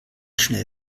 schnell